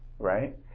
right